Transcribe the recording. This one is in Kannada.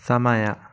ಸಮಯ